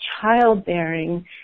childbearing